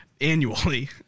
annually